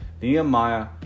Nehemiah